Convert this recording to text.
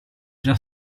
già